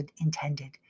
intended